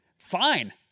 Fine